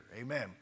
Amen